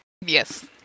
Yes